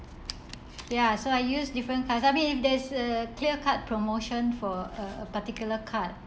ya so I use different cards I mean if there's a clear card promotion for a a particular card